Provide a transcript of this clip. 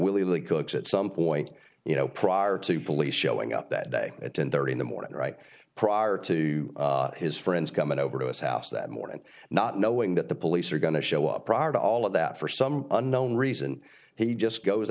willie cooks at some point you know prior to police showing up that day at ten thirty in the morning right prior to his friends coming over to his house that morning not knowing that the police are going to show up prior to all of that for some unknown reason he just goes